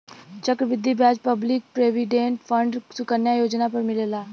चक्र वृद्धि ब्याज पब्लिक प्रोविडेंट फण्ड सुकन्या योजना पर मिलेला